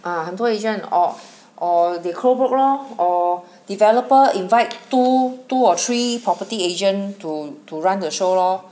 ah 很多 agent or or they co-broke lor or developer invite two two or three property agent to to run the show lor